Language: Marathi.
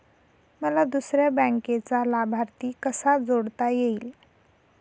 मला दुसऱ्या बँकेचा लाभार्थी कसा जोडता येईल?